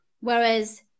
whereas